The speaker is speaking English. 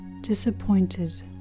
Disappointed